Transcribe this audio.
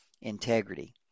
integrity